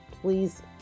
please